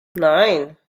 nine